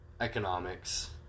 Economics